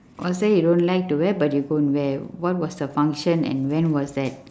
or say you don't like to wear but you go and wear what was the function and when was that